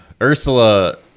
Ursula